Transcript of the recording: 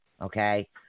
Okay